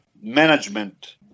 management